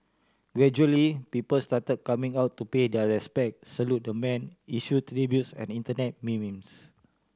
gradually people started coming out to pay their respects salute the man issue tributes and Internet memes